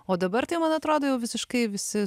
o dabar tai man atrodo jau visiškai visi